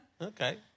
Okay